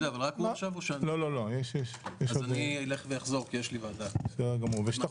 אני אלך ואחזור, יש לי ישיבה אחרת.